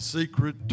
secret